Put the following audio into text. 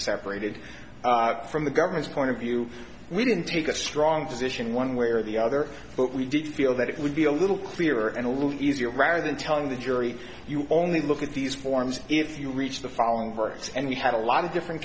separated from the government's point of view we didn't take a strong position one way or the other but we did feel that it would be a little clearer and a little easier rather than telling the jury you only look at these forms if you reach the following words and we had a lot of different